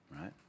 Right